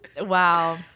wow